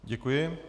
Děkuji.